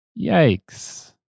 Yikes